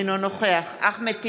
אינו נוכח אחמד טיבי,